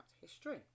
history